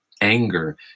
anger